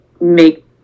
make